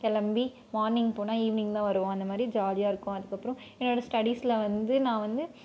கிளம்பி மார்னிங் போனால் ஈவ்னிங் தான் வருவோம் அந்தமாதிரி ஜாலியாக இருக்கும் அதுக்கப்புறம் என்னோட ஸ்டடிஸ்ல வந்து நான் வந்து